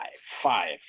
five